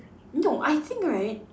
no I think right